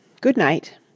Good-night